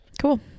Cool